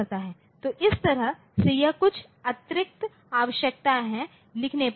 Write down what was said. तो इस तरह से यह कुछ अतिरिक्त आवश्यकता है लिखने पर